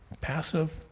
Passive